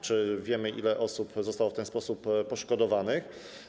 Czy wiemy, ile osób zostało w ten sposób poszkodowanych?